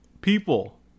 people